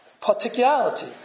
particularity